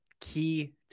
key